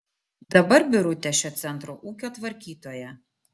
dabar birutė šio centro ūkio tvarkytoja